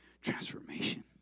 transformation